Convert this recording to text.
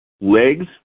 legs